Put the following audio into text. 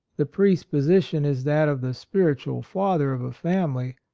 the priest's position is that of the spiritual father of a family,